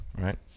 right